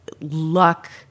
luck